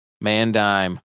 man-dime